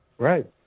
Right